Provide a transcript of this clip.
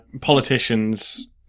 Politicians